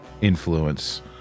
influence